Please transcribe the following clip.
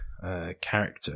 character